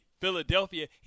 Philadelphia